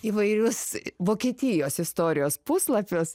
įvairius vokietijos istorijos puslapius